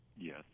Yes